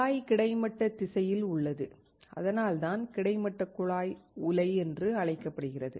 குழாய் கிடைமட்ட திசையில் உள்ளது அதனால்தான் கிடைமட்ட குழாய் உலை என்று அழைக்கப்படுகிறது